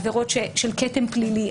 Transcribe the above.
עבירות של כתם פלילי,